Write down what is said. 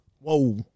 Whoa